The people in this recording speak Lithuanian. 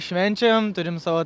švenčiam turim savo